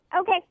Okay